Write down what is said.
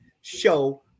show